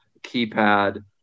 keypad